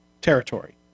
territory